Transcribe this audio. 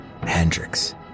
Hendrix